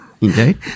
Indeed